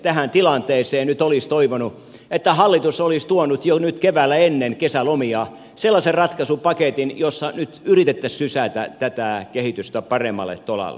tähän tilanteeseen nyt olisi toivonut että hallitus olisi tuonut jo nyt keväällä ennen kesälomia sellaisen ratkaisupaketin jossa nyt yritettäisiin sysätä tätä kehitystä paremmalle tolalle